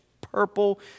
purple